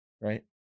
right